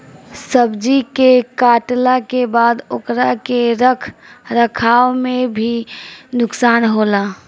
सब्जी के काटला के बाद ओकरा के रख रखाव में भी नुकसान होला